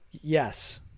Yes